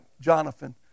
Jonathan